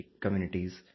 communities